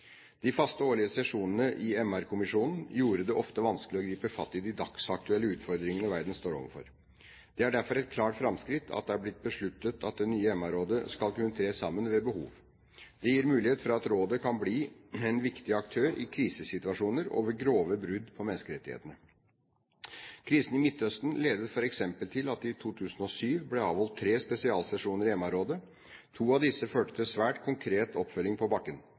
de statene som bryter menneskerettighetene. De faste årlige sesjonene i MR-kommisjonen gjorde det ofte vanskelig å gripe fatt i de dagsaktuelle utfordringene verden står overfor. Det er derfor et klart framskritt at det ble besluttet at det nye MR-rådet skal kunne tre sammen ved behov. Det gir mulighet for at rådet kan bli en viktig aktør i krisesituasjoner og ved grove brudd på menneskerettighetene. Krisen i Midtøsten ledet f.eks. til at det i 2007 ble avholdt tre spesialsesjoner i MR-rådet. To av disse førte til svært konkret oppfølging på bakken.